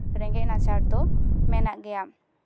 ᱨᱮᱸᱜᱮᱡ ᱱᱟᱪᱟᱨ ᱫᱚ ᱢᱮᱱᱟᱜ ᱜᱮᱭᱟ